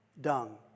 dung